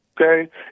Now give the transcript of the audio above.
okay